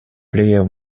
player